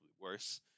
worse